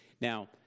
Now